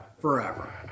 forever